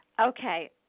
Okay